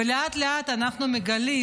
ולאט-לאט אנחנו מגלים